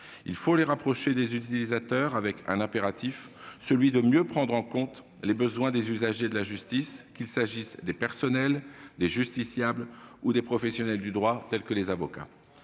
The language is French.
faut rapprocher des utilisateurs, avec un impératif : mieux prendre en compte les besoins des usagers de la justice, qu'il s'agisse des personnels, des justiciables ou des professionnels du droit, tels que les avocats.